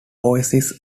oases